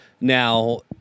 Now